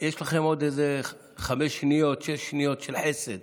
יש לכם עוד חמש שניות, שש שניות של חסד